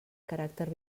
caràcter